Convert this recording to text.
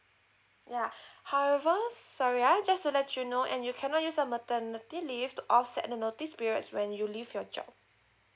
yeah however so sorry ya just to let you know and you cannot use the maternity leave to offset the notice periods when you leave your job